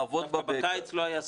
לעבוד ב --- דווקא בקיץ לא היה סגר.